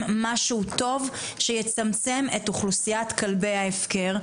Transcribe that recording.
משהו טוב שיצמצם את אוכלוסיית כלבי ההפקר.